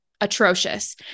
atrocious